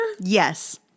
Yes